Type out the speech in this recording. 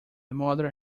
mother